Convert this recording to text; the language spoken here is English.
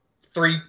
three